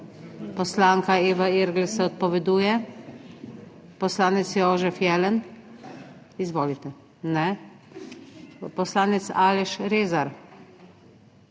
Poslanka Eva Irgl se odpoveduje. Poslanec Jožef Jelen, izvolite. (Ne.) Poslanec Aleš Rezar,